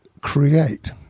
create